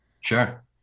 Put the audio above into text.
Sure